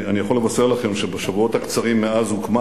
אני יכול לבשר לכם שבשבועות הקצרים מאז הוקמה